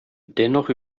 dennoch